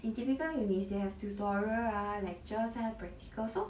in typical uni's they have tutorial ah lecture ah practical so